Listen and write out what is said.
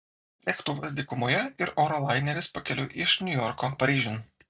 lėktuvas dykumoje ir oro laineris pakeliui iš niujorko paryžiun